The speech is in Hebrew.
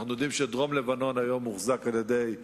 אנחנו יודעים שדרום-לבנון היום מוחזק על-ידי "חיזבאללה"